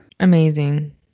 Amazing